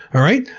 all right?